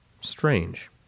Strange